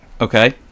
Okay